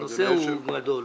והנושא הוא גדול.